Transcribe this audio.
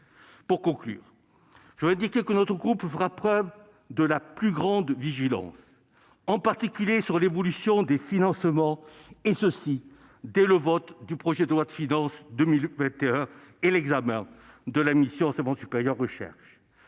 Pour conclure, je voudrais indiquer que notre groupe fera preuve de la plus grande vigilance, en particulier sur l'évolution des financements, et ce dès le vote du projet de loi de finances pour 2021 et l'examen de la mission « Recherche